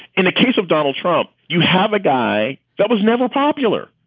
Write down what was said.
in the case of donald trump. you have a guy that was never popular.